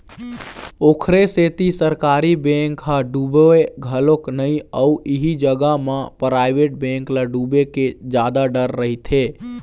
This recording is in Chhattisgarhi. ओखरे सेती सरकारी बेंक ह डुबय घलोक नइ अउ इही जगा म पराइवेट बेंक ल डुबे के जादा डर रहिथे